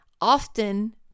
often